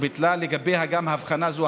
וביטלנו לגביה גם הבחנה זו,